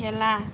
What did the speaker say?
খেলা